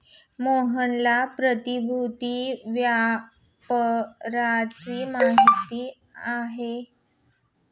मोहनला प्रतिभूति व्यापाराची माहिती आहे